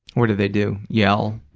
what do they do? yell?